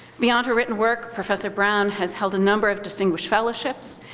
beyond her written work, professor brown has held a number of distinguished fellowships.